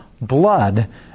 blood